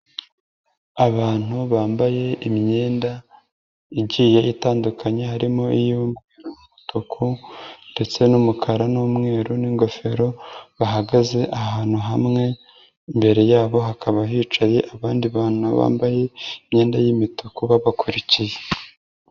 Abantu bambaye imyenda igiye itandukanye, harimo iy'umutuku ndetse n'umukara n'umweru n'ingofero, bahagaze ahantu hamwe, imbere yabo hakaba hicaye abandi bantu bambaye imyenda y'imituku babakurikiye.